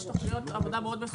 יש תוכניות עבודה מאוד מפורטות.